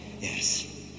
Yes